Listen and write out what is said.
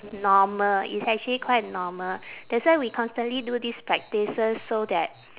normal it's actually quite normal that's why we constantly do these practices so that